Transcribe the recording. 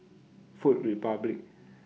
Food Republic